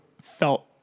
felt